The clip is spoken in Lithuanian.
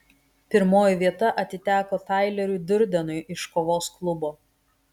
pirmoji vieta atiteko taileriui durdenui iš kovos klubo